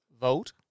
vote